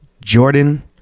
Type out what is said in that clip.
Jordan